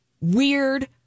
weird